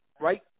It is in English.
right